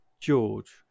George